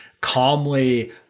calmly